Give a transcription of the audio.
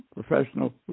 professional